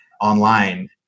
online